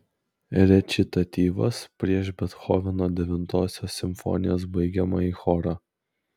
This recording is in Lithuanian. rečitatyvas prieš bethoveno devintosios simfonijos baigiamąjį chorą